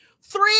three